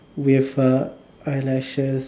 with uh eyelashes